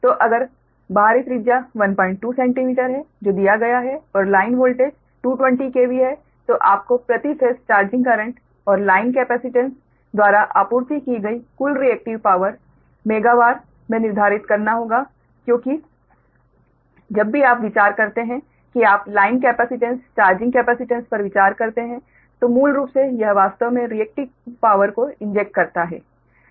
तो अगर बाहरी त्रिज्या 12 सेंटीमीटर है जो दिया गया है और लाइन वोल्टेज 220 kV है तो आपको प्रति फेस चार्जिंग करंट और लाइन कैपेसिटेंस द्वारा आपूर्ति की गई कुल रिएक्टिव पावर मेगावार में निर्धारित करना होगा क्योंकि जब भी आप विचार करते हैं कि आपलाइन कैपेसिटेंस चार्जिंग कैपेसिटेंस पर विचार करते है तो मूल रूप से यह वास्तव में रिएक्टिव पावर को इंजेक्ट करता है